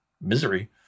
misery